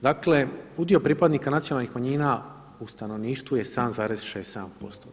Dakle, udio pripadnika nacionalnih manjina u stanovništvu je 7,6%